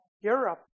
Europe